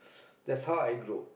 that's how I grow